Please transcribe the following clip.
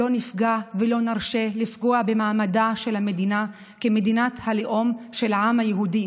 לא נפגע ולא נרשה לפגוע במעמדה של המדינה כמדינת הלאום של העם היהודי,